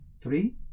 Three